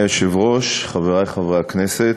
אדוני היושב-ראש, חברי חברי הכנסת,